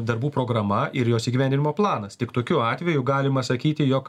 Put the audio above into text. darbų programa ir jos įgyvendinimo planas tik tokiu atveju galima sakyti jog